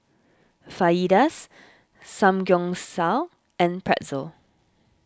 Fajitas Samgyeopsal and Pretzel